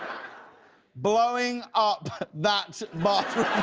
blowing up that bathroom.